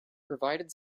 provided